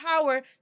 power